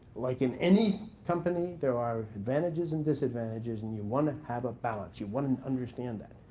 like in any company, there are advantages and disadvantages. and you want to have a balance. you want to understand that.